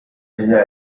ella